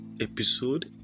episode